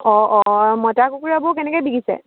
অঁ অঁ মতা কুকুৰাবোৰ কেনেকৈ বিকিছে